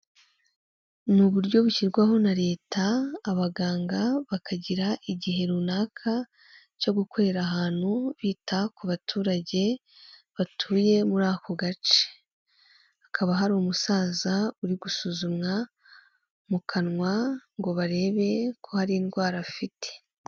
Ni uburyo bushyirwaho na Leta abaganga bakagira igihe runaka cyo gukorera ahantu bita ku baturage batuye muri ako gace, hakaba hari umusaza uri gusuzumwa mu kanwa ngo barebe ko hari indwara afite.